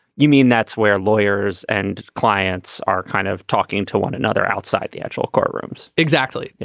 you mean that's where lawyers and clients are kind of talking to one another outside the actual courtrooms exactly.